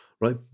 right